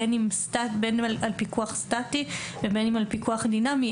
בין אם על פיקוח סטטי ובין אם על פיקוח דינמי,